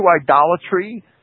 idolatry